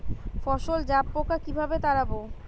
ফসলে জাবপোকা কিভাবে তাড়াব?